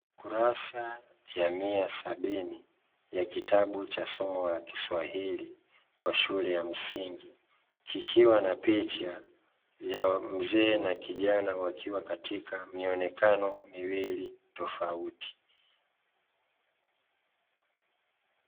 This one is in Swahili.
Kurasa ya mia sabini ya kitabu cha somo la Kiswahili kwa shule ya msingi, kikiwa na picha mzee na Kijana wakiwa katika mionekano miwili tofauti.